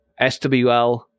SWL